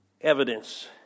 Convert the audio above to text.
evidence